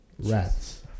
rats